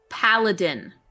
Paladin